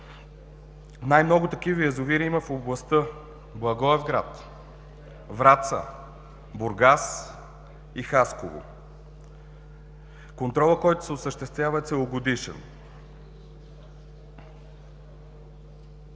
Най-много такива язовири има в областите Благоевград, Враца, Бургас и Хасково. Контролът, който се осъществява, е целогодишен.